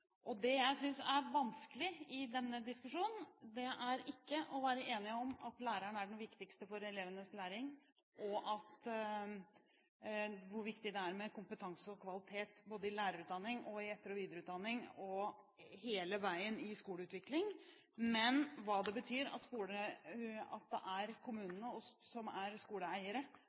Det jeg synes er vanskelig i denne diskusjonen, er ikke å være enige om at læreren er den viktigste for elevenes læring og hvor viktig det er med kompetanse og kvalitet i lærerutdanningen, i etter- og videreutdanningen og hele veien i skoleutviklingen, men å bli enige om hva det betyr at det er kommunene som er skoleeiere, som har arbeidsgiveransvar, og hvor stor andel av ansvaret som